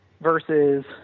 versus